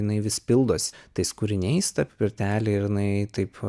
jinai vis pildosi tais kūriniais ta pirtelė ir jinai taip